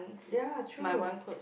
ya it's true